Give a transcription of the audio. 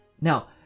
Now